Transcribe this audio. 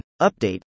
update